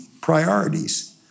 priorities